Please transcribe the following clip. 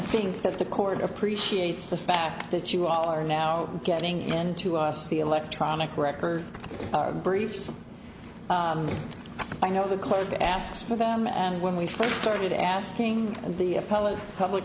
think that the court appreciates the fact that you all are now getting in to us the electronic record briefs i know the clerk asks for them and when we first started asking the public public